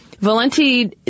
Valenti